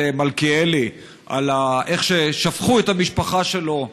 מלכיאלי על איך ששפכו את המשפחה שלו,